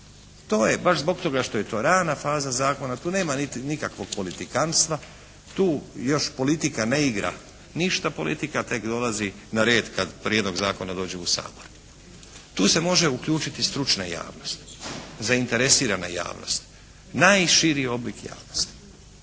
To je baš zbog toga što je to rana faza zakona, jer tu nema nikakvog politikanstva. Tu još politika ne igra ništa, politika tek dolazi na red kad prijedlog zakona dođe u Sabor. Tu se može uključiti stručna javnost, zainteresirana javnost, najširi oblik javnosti.